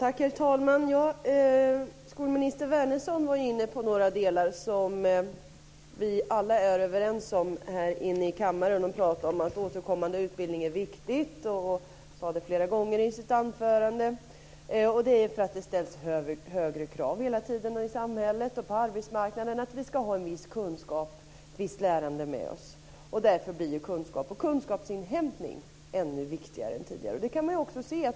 Herr talman! Skolminister Wärnersson var inne på några delar som vi alla är överens om här i kammaren. Hon talade om att återkommande utbildning är viktig och sade det flera gånger i sitt anförande. Det ställs hela tiden högre krav i samhället och på arbetsmarknaden att vi ska ha en viss kunskap och ett visst lärande med oss. Därför blir kunskap och kunskapsinhämtning ännu viktigare än tidigare.